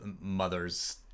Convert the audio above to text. mother's